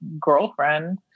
girlfriend